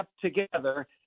together